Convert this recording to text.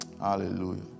Hallelujah